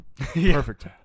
perfect